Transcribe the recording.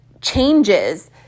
changes